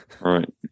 Right